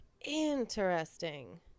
Interesting